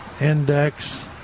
index